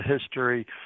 history